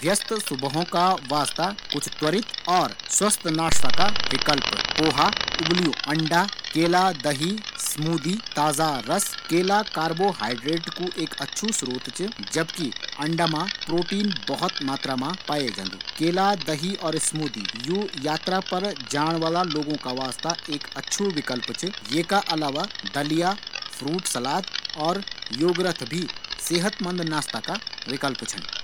व्यस्त सुबहो का वास्ता त्वरित और पोषक नाश्ता का प्रकार छन पोहा दलिया फलो कु रस उबलू अंडा केला दही अच्छा विकल्प छन